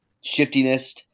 shiftiness